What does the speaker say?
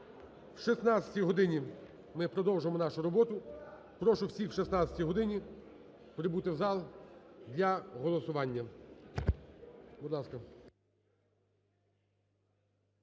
О 16 годині ми продовжимо нашу роботу. Прошу всіх о 16 годині прибути в зал для голосування. Будь ласка.